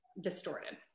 distorted